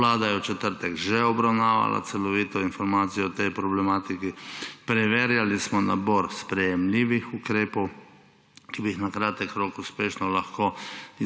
Vlada je v četrtek že obravnavala celovito informacijo o tej problematiki, preverjali smo nabor sprejemljivih ukrepov, ki bi jih na kratek rok uspešno lahko